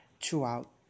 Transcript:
throughout